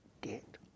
get